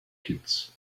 kids